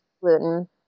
gluten